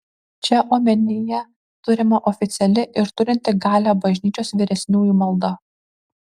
čia omenyje turima oficiali ir turinti galią bažnyčios vyresniųjų malda